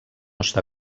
està